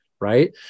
right